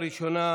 שאילתה ראשונה,